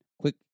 quick